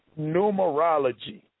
numerology